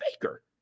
Baker